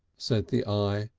said the eye.